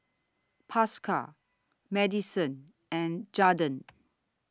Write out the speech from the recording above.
Pascal Madisen and Jadon